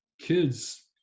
kids